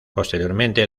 posteriormente